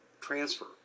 transfer